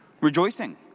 rejoicing